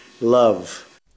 love